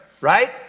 right